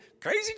Crazy